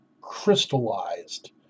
crystallized